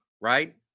right